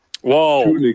Whoa